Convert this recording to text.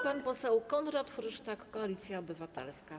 Pan poseł Konrad Frysztak, Koalicja Obywatelska.